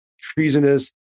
treasonous